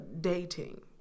dating